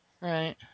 right